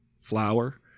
flour